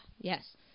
Yes